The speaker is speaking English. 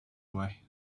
away